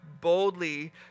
boldly